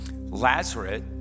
Lazarus